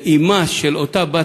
אימה של אותה בת,